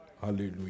Hallelujah